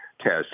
test